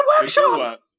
workshop